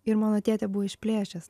ir mano tėtė buvo išplėšęs